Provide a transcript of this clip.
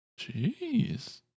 Jeez